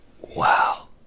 Wow